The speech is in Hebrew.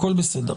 הכול בסדר.